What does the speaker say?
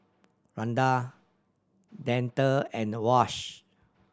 Randal Dante and Wash